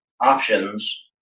options